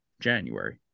January